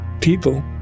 people